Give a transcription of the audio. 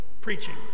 preaching